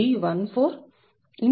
D14